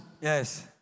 Yes